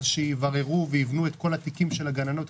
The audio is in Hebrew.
שיבררו ויבנו את כל התיקים של הגננות,